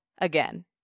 again